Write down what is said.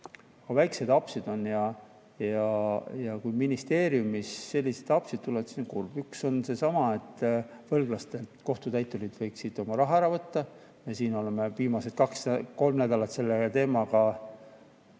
väiksed apsud on ja kui ministeeriumis selliseid apse tuleb, siis see on kurb. Üks on seesama, et võlglastelt kohtutäiturid võiksid oma raha ära võtta, ja siin oleme viimased kaks-kolm nädalat selle teemaga